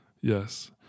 Yes